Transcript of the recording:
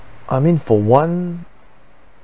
I mean for one